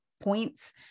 points